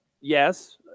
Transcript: Yes